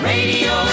Radio